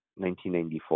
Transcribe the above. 1994